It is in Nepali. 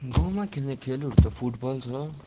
गाउँमा खेल्ने खेलहरू त फुटबल छ